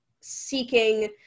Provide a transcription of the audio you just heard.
seeking